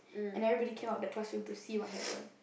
and everybody came out of the classroom to see what happen